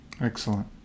Excellent